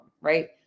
Right